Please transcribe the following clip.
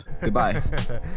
Goodbye